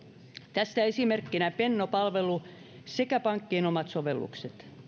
tästä esimerkkeinä penno palvelu sekä pankkien omat sovellukset